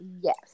Yes